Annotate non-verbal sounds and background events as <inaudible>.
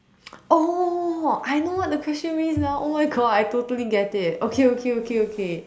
<noise> oh I know what the question means now oh my God I totally get it okay okay okay okay